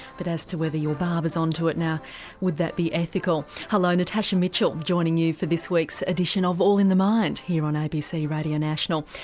but as to whether your barber's onto it, now would that be ethical? hello, natasha mitchell joining you for this week's edition of all in the mind here on abc radio national,